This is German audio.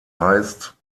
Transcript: heißt